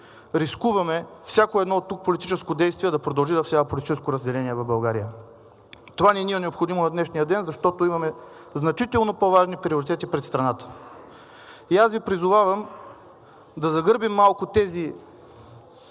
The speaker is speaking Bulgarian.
рискуваме всяко едно политическо действие оттук да продължи да всява политическо разделение в България. Това не ни е необходимо в днешния ден, защото имаме значително по-важни приоритети пред страната. И аз Ви призовавам да загърбим малко тези